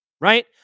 right